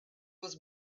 was